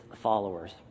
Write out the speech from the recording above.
followers